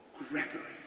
gregory,